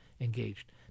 engaged